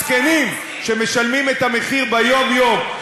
מסכנים שמשלמים את המחיר ביום-יום,